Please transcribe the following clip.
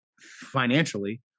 financially